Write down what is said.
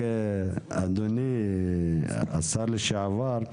אדוני השר לשעבר,